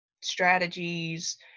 strategies